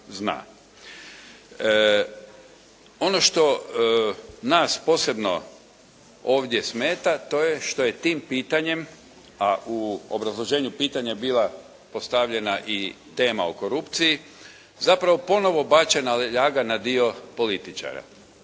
Ono što nas posebno ovdje smeta to je što je tim pitanjem, a u obrazloženju pitanja bila postavljena i tema o korupciji zapravo ponovo bačena ljaga na dio političara.